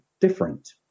different